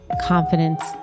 confidence